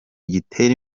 gitera